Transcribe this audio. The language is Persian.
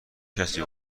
کسی